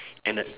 and the